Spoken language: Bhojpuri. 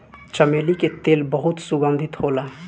चमेली के तेल बहुत सुगंधित होला